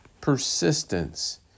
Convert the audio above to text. persistence